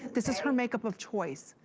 this is her makeup of choice.